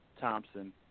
Thompson